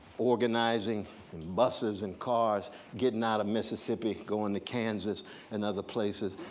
organizing and buses and cars, getting out of mississippi, going to kansas and other places.